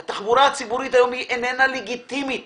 היום התחבורה הציבורית איננה לגיטימית